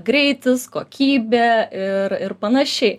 greitis kokybė ir ir panašiai